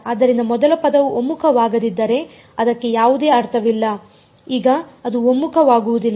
ಆದ್ದರಿಂದ ಮೊದಲ ಪದವು ಒಮ್ಮುಖವಾಗದಿದ್ದರೆ ಅದಕ್ಕೆ ಯಾವುದೇ ಅರ್ಥವಿಲ್ಲ ಈಗ ಅದು ಒಮ್ಮುಖವಾಗುವುದಿಲ್ಲ